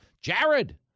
Jared